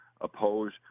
oppose